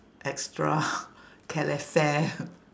extra calefare